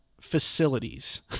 facilities